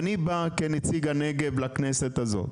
אני בא כנציג הנגב לכנסת הזאת,